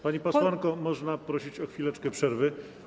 Pani posłanko, można prosić o chwileczkę przerwy?